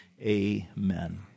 Amen